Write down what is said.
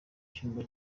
cyumba